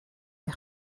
neu